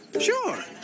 sure